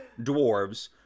dwarves